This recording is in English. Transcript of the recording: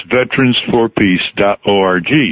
veteransforpeace.org